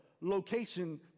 location